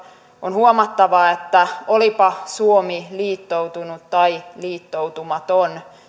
on huomattava että olipa suomi liittoutunut tai liittoutumaton